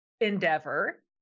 endeavor